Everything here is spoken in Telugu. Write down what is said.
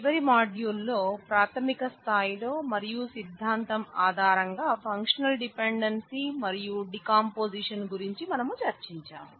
చివరి మాడ్యూల్ లో ప్రాథమిక స్థాయిలో మరియు సిద్ధాంతం ఆధారంగా ఫంక్షనల్ డిపెండెన్సీ గురించి మనం చర్చించాం